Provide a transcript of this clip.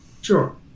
Sure